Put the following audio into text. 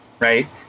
right